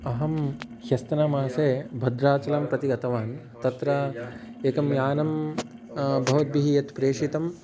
अहं ह्यस्तनमासे भद्राचलं प्रति गतवान् तत्र एकं यानं भवद्भिः यत् प्रेषितं